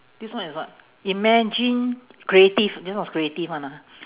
this one is what imagine creative this one is creative one ah